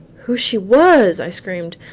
who she was? i screamed.